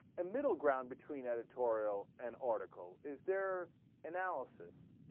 middle ground between editorial and articles is there analysis